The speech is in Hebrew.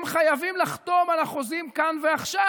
הם חייבים לחתום על החוזים כאן ועכשיו,